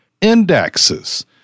Indexes